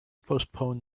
postpone